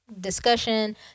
discussion